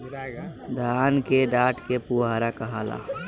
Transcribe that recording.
धान के डाठ के पुआरा कहाला